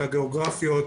הגיאוגרפיות,